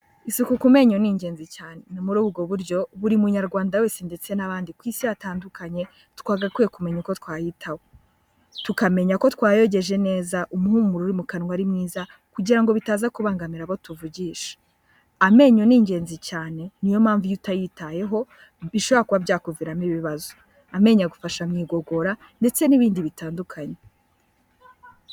Isuku ku menyo ni ingenzi cyane, ni muri ubwo buryo buri munyarwanda wese ndetse n'abandi ku isi hatandukanye twagakwiye kumenya uko twayitaho, tukamenya uko twayogeje neza umuhumuro uri mu kanwa ari mwiza kugira ngo bitaza kubangamira abo tuvugisha, amenyo ni ingenzi cyane niyo mpamvu iyo utayitayeho bishobora kuba byakuviramo ibibazo, amenyo agufasha mu igogora ndetse n'ibindi bitandukanye.